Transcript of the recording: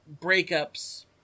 breakups